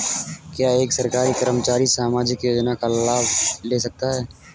क्या एक सरकारी कर्मचारी सामाजिक योजना का लाभ ले सकता है?